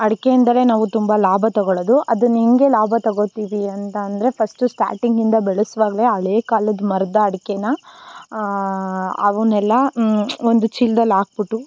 ಅಡಿಕೆಯಿಂದಲೆ ನಾವು ತುಂಬ ಲಾಭ ತಗೊಳ್ಳೊದು ಅದನ್ನು ಹೆಂಗೆ ಲಾಭ ತಗೋತಿವಿ ಅಂತ ಅಂದರೆ ಫಸ್ಟು ಸ್ಟಾರ್ಟಿಂಗಿಂದ ಬೆಳಸುವಾಗಲೇ ಹಳೇಕಾಲದ ಮರದ ಅಡಿಕೇನ ಅವನ್ನೆಲ್ಲ ಒಂದು ಚೀಲ್ದಲ್ಲಿ ಹಾಕ್ಬಿಟ್ಟು